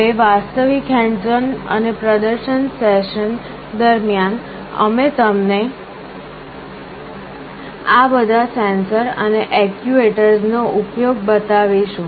હવે વાસ્તવિક hands on અને પ્રદર્શન સેશન દરમિયાન અમે તમને આ બધા સેન્સર અને એકયુએટર્સ નો ઉપયોગ બતાવીશું